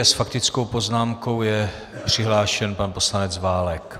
A s faktickou poznámkou je přihlášen pan poslanec Válek.